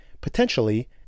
potentially